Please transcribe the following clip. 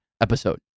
episode